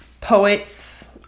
poets